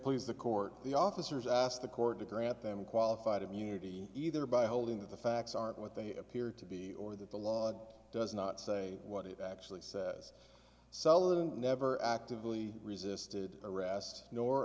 please the court the officers asked the court to grant them qualified immunity either by holding that the facts aren't what they appear to be or that the law does not say what it actually says sullivan never actively resisted arrest nor